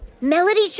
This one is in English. Melody